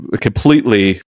completely